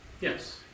Yes